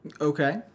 Okay